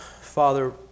Father